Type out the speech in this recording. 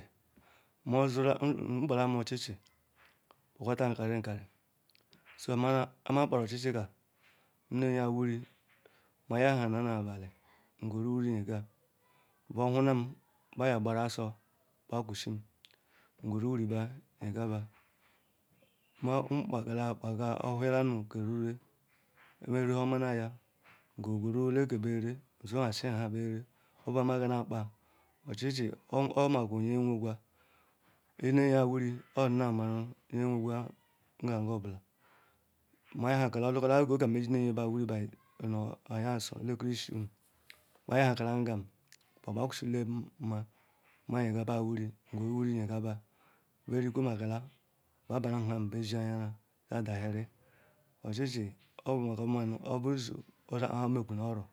Mozula nkpalam ochi chi owohota nkarinkari so kpa maa kpa ruochichi ka, ne eyia wuri maa yahana na abali nkweru wuri yeka, buwulam baa yekperuozu kpekwuzum nguru nri-baa nyeka baa, ma kpekalam kpekala, owuye nu ka orere, ma reuhomanenya berere obukpo maa gana kpea. Ochici omagu nye weguaha, ndine eyaa wuri odina amaru nyeweguaha ngenugeobulam maa yeha rukala odukalam ogeka maa jine yebaa wuri by nu eyasu elekiru eshino maa yehakalem nyem baa kpakwusalam maa, maa yekaru nbaa wuri, nkweru wuri yekabaa, berikwemakalam baa balam ham be shen eyaran ba edheri ochichi oburu maku oma oburu su owekpoehamegu nu oron